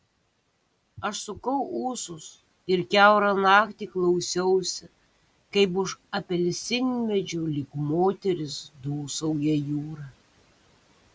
aš sukau ūsus ir kiaurą naktį klausiausi kaip už apelsinmedžių lyg moteris dūsauja jūra